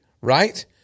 right